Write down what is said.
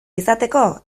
izateko